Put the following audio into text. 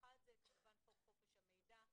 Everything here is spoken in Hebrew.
אחד זה כמובן חוק חופש המידע,